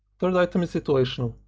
third item is situational,